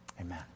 amen